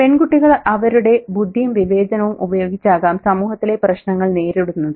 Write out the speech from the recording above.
പെൺകുട്ടികൾ അവരുടെ ബുദ്ധിയും വിവേചനവും ഉപയോഗിച്ചാകാം സമൂഹത്തിലെ പ്രശ്ങ്ങളെ നേരിടുന്നത്